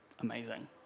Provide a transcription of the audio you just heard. amazing